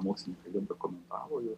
mokslininkai jiem rekomendavo ir